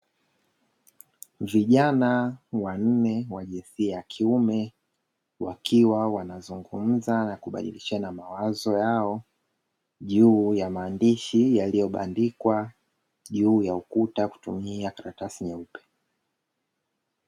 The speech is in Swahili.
Vijana wanne wa jinsia ya kiume wakiwa wanazungumza na kubadilishana mawazo yao, juu ya maandishi yaliyobandikwa juu ya ukuta kutumia karatasi nyeupe.